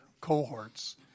cohorts